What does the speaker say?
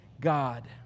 God